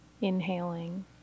inhaling